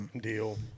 deal